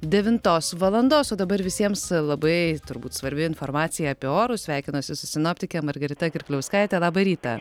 devintos valandos o dabar visiems labai turbūt svarbi informacija apie orus sveikinuosi su sinoptike margarita kirkliauskaite labą rytą